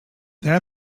their